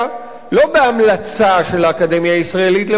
לא בהמלצה של האקדמיה הישראלית למדעים,